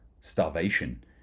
starvation